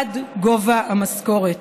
עד גובה המשכורת.